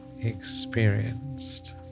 experienced